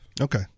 Okay